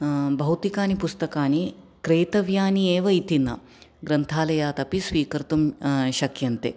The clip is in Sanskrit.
भौतिकानि पुस्तकानि क्रेतव्यानि एव इति न ग्रन्थालयादपि स्वीकर्तुं शक्यन्ते